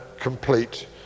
complete